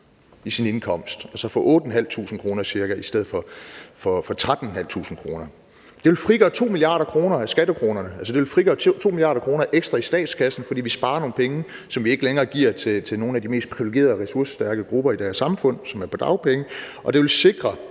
i sin indkomst og så få ca. 8.500 kr. i stedet for 13.500 kr. Det vil frigøre 2 mia. kr. af skattekronerne – det vil frigøre 2 mia. kr. ekstra i statskassen, fordi vi sparer nogle penge, som vi ikke længere giver til nogle af de mest privilegerede og ressourcestærke grupper i det her samfund, som er på dagpenge. Og det vil sikre,